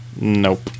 Nope